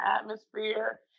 atmosphere